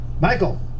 Michael